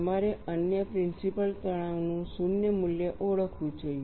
તમારે અન્ય પ્રિન્સિપલ તણાવનું શૂન્ય મૂલ્ય ઓળખવું જોઈએ